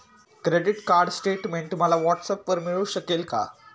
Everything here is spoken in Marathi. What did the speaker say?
क्रेडिट कार्ड स्टेटमेंट मला व्हॉट्सऍपवर मिळू शकेल का?